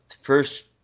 first